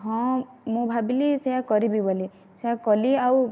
ହଁ ମୁଁ ଭାବିଲି ସେଇଆ କରିବି ବୋଲି ସେଇଆ କଲି ଆଉ